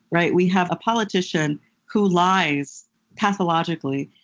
right? we have a politician who lies pathologically,